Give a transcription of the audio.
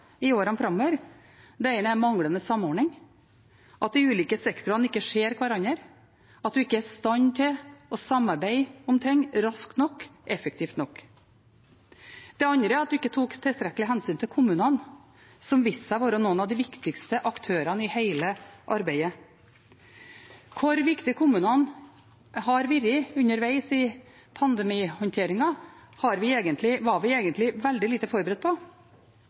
i årene framover. Det ene er manglende samordning – at de ulike sektorene ikke ser hverandre, at en ikke er i stand til å samarbeide om ting raskt nok, effektivt nok. Det andre er at en ikke tok tilstrekkelig hensyn til kommunene, som viste seg å være noen av de viktigste aktørene i hele arbeidet. Hvor viktig kommunene har vært underveis i pandemihåndteringen, var vi egentlig veldig lite forberedt på.